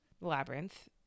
labyrinth